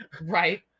Right